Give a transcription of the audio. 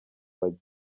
bajya